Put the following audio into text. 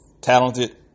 talented